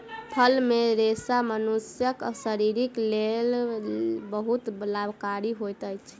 फल मे रेशा मनुष्यक शरीर के लेल बहुत लाभकारी होइत अछि